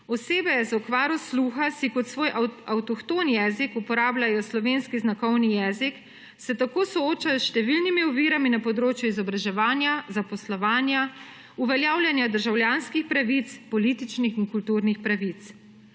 Osebe z okvaro sluha si kot svoj avtohtoni jezik uporabljajo slovenski znakovni jezik se tako soočajo z številnimi ovirami na področju izobraževanja, zaposlovanja, uveljavljanja državljanskih pravic, političnih in kulturnih pravic.